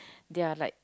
their like